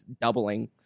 doubling